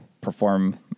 perform